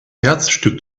herzstück